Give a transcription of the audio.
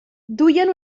duien